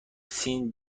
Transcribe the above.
سین